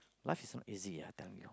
much easy I tell you